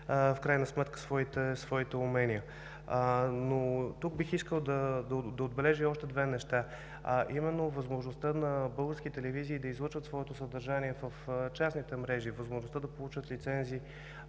в крайна сметка своите умения. Тук бих искал да отбележа и още две неща, а именно възможността на български телевизии да излъчват своето съдържание в частните мрежи, възможността да получат лицензии